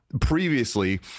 previously